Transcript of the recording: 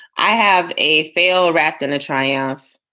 i have a fail wrapped in a triumph.